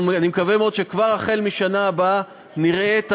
אני מקווה מאוד שכבר החל מהשנה הבאה נראה את